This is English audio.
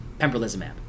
pembrolizumab